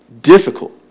difficult